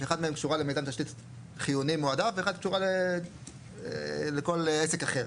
שאחת מהם קשורה למיזם תשתית חיוני מועדף ואחת קשורה לכל עסק אחר.